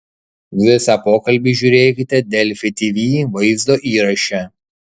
visą pokalbį žiūrėkite delfi tv vaizdo įraše